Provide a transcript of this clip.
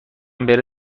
بره